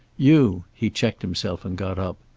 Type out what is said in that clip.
you he checked himself and got up.